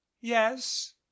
yes